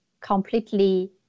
completely